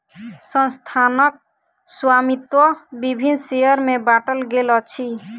संस्थानक स्वामित्व विभिन्न शेयर में बाटल गेल अछि